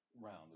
round